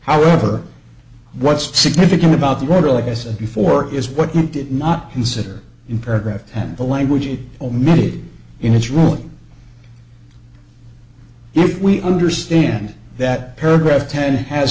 however what's significant about the order like i said before is what you did not consider in paragraph and the language you omitted in its ruling we understand that paragraph ten has